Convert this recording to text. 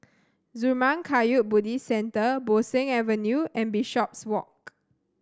Zurmang Kagyud Buddhist Centre Bo Seng Avenue and Bishopswalk